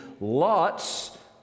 lots